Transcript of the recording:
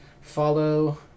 follow